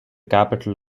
capital